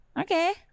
Okay